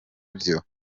byo